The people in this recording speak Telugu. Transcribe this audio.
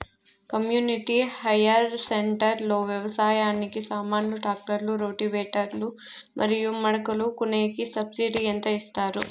కమ్యూనిటీ హైయర్ సెంటర్ లో వ్యవసాయానికి సామాన్లు ట్రాక్టర్లు రోటివేటర్ లు మరియు మడకలు కొనేకి సబ్సిడి ఎంత ఇస్తారు